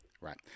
Right